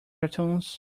cartoons